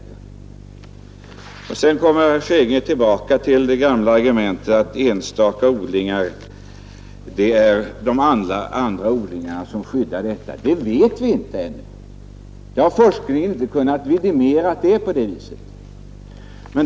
Herr Hansson i Skegrie kommer tillbaka till det gamla argumentet att det är de andra odlingarna som skyddar de enstaka odlingarna. Det vet vi inte. Forskningen har inte kunnat vidimera att det är på det viset.